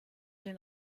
den